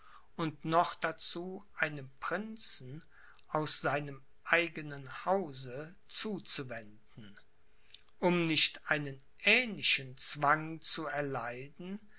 und noch dazu einem prinzen aus seinem eigenen hause zuzuwenden um nicht einen ähnlichen zwang zu erleiden